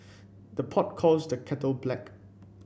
the pot calls the kettle black